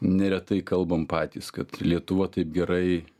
neretai kalbam patys kad lietuva taip gerai